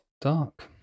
Dark